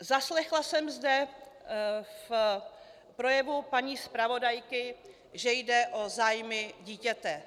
Zaslechla jsem zde v projevu paní zpravodajky, že jde o zájmy dítěte.